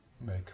make